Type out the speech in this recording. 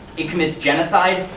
it commits genocide.